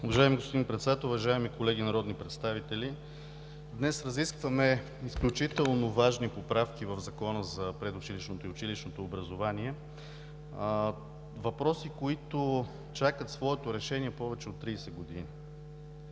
Уважаеми господин Председател, уважаеми колеги народни представители! Днес разискваме изключително важни поправки в Закона за предучилищното и училищното образование – въпроси, които чакат своето решение повече от 30 години.